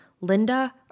Linda